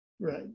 Right